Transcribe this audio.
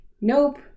Nope